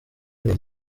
nti